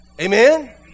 Amen